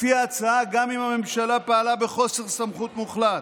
לפי ההצעה, גם אם הממשלה פעלה בחוסר סמכות מוחלט,